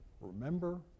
Remember